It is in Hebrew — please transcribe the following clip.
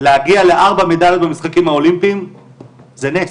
להגיע לארבע מדליות במשחקים האולימפיים זה נס.